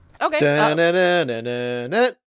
Okay